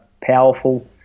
powerful